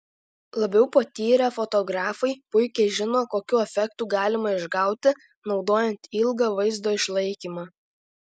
labiau patyrę fotografai puikiai žino kokių efektų galima išgauti naudojant ilgą vaizdo išlaikymą